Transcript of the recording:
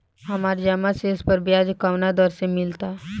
हमार जमा शेष पर ब्याज कवना दर से मिल ता?